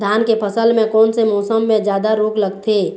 धान के फसल मे कोन से मौसम मे जादा रोग लगथे?